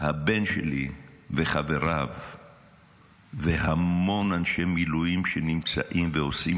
הבן שלי וחבריו והמון אנשי מילואים שנמצאים ועושים